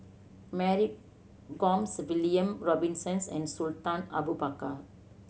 Mary Gomes William Robinsons and Sultan Abu Bakar